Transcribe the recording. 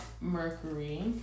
Mercury